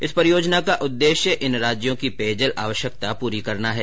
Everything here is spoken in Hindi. इस परियोजना का उददेश्य इन राज्यों की पेयजल आवश्यकता पूरी करना है